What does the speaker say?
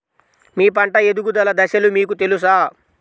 మీ పంట ఎదుగుదల దశలు మీకు తెలుసా?